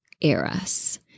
eras